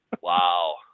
Wow